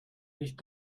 nicht